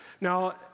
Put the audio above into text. now